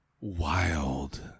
Wild